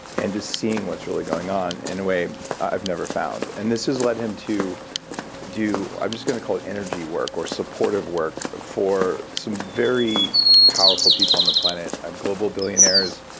and just seeing what's really going on in a way i've never found. and this has led him to do, i'm just going to call it energy work or supportive work for some very powerful people on the planet, on global billionaires,